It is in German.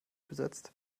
besetzt